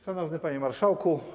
Szanowny Panie Marszałku!